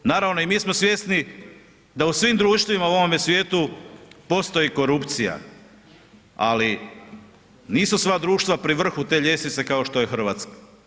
Naravno i mi smo svjesni da u svim društvima u ovome svijetu postoji korupcija, ali nisu sva društva pri vrhu te ljestvice kao što je RH.